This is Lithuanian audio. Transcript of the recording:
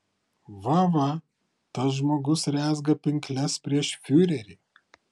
va va tas žmogus rezga pinkles prieš fiurerį